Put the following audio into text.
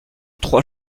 trois